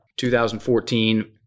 2014